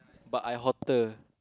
but I hotter